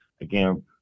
again